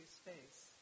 space